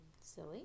silly